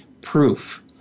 proof